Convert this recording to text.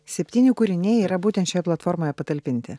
septyni kūriniai yra būtent šioje platformoje patalpinti